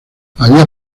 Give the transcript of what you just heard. había